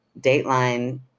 dateline